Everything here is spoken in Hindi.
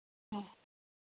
हाँ